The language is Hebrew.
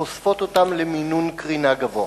החושפות אותם למינון קרינה גבוה?